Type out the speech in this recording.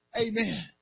Amen